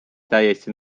täiesti